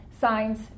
signs